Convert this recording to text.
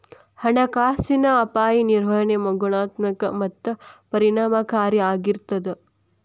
ಹಣಕಾಸಿನ ಅಪಾಯ ನಿರ್ವಹಣೆ ಗುಣಾತ್ಮಕ ಮತ್ತ ಪರಿಣಾಮಕಾರಿ ಆಗಿರ್ತದ